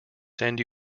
send